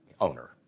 owner